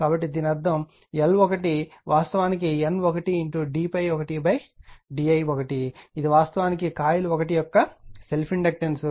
కాబట్టి దీని అర్థం L1 వాస్తవానికి N 1d ∅1d i 1 ఇది వాస్తవానికి కాయిల్ 1 యొక్క సెల్ఫ్ ఇండక్టెన్స్